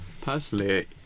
Personally